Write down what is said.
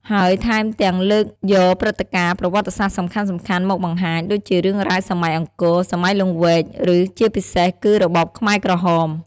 ហើយថែមទាំងលើកយកព្រឹត្តិការណ៍ប្រវត្តិសាស្ត្រសំខាន់ៗមកបង្ហាញ ដូចជារឿងរ៉ាវសម័យអង្គរ សម័យលង្វែក ឬជាពិសេសគឺរបបខ្មែរក្រហម ។